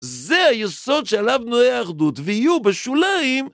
זה היסוד שעליו בנויה האחדות, ויהיו בשוליים...